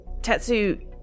Tetsu